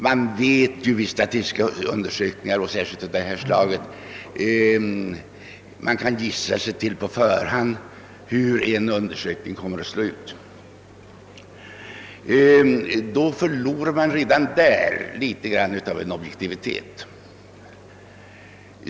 Vi vet ju att man ofta på förhand kan gissa sig till hur en statistisk undersökning, och särskilt en undersökning av det här slaget, kommer att slå ut, och redan där förloras något av objektiviteten.